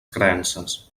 creences